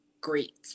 great